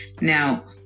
now